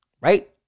right